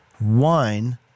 wine